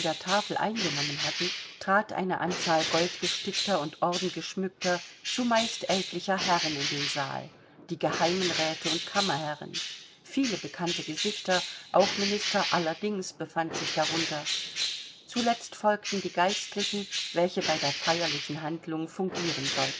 tafel eingenommen hatten trat eine anzahl goldgestickter und ordengeschmückter zumeist ältlicher herren in den saal die geheimen räte und kammerherren viele bekannte gesichter auch minister allerdings befand sich darunter zuletzt folgten die geistlichen welche bei der feierlichen handlung fungieren sollten